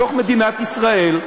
בתוך מדינת ישראל,